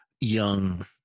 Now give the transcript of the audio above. young